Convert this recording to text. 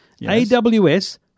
AWS